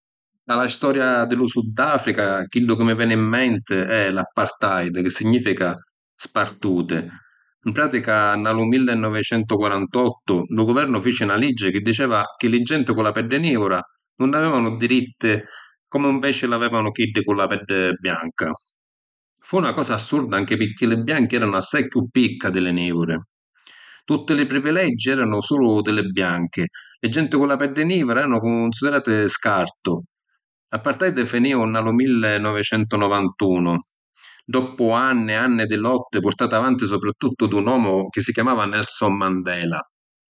Nta la storia di lu Sudafrica chiddu chi mi veni ‘n menti e l’apartheid chi significa “spartuti”. ‘N pratica nna lu millinovicentuquarantottu, lu guvernu fici na liggi chi diceva chi li genti cu la peddi niura nun avevanu diritti comu inveci l’avevanu chiddi cu la peddi bianca. Fu na cosa assurda anchi pirchì li bianchi eranu assai chiù picca di li niuri. Tutti li privilèggi eranu sulu di li bianchi, li genti cu la peddi niura eranu cunsidirati scartu. L’apartheid finì nna lu millivonicentunovantunu, doppu anni e anni di lotti purtati avanti supratuttu di un omu chi si chiamava Nelson Mandela.